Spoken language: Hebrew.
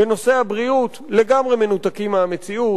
בנושא הבריאות לגמרי מנותקים מהמציאות,